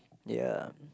ya